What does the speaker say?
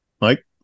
Mike